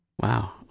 Wow